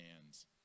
hands